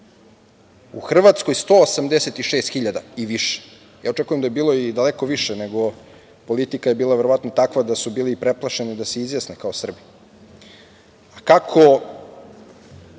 u Hrvatskoj 186.000 i više. Očekujem da je bilo daleko više, nego je politika verovatno bila takva da su bili preplašeni da se izjasne kao Srbi. Kako